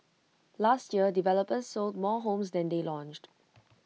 last year developers sold more homes than they launched